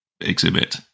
exhibit